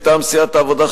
מטעם סיעת העבודה,